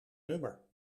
nummer